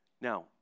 Now